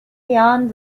jahren